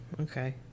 okay